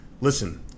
Listen